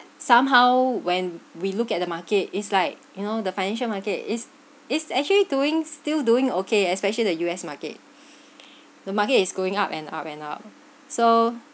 somehow when we looked at the market is like you know the financial market is is actually doing still doing okay especially the U_S market the market is going up and up and up so